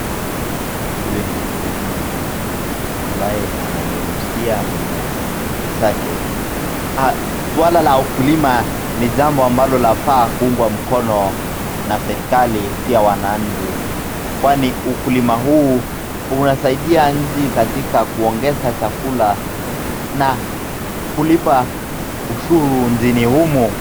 Huyu ni mkulima ambaye anainyunyuzia mimea zake. Swala la ukulima ni jambo ambalo lafaa kupungwa mkono na serikali pia wananchi, kwani ukulima huu unasaidia nchi katika kuongeza chakula na kulipa ushuru Nchini humu?.